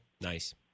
Nice